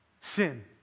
Sin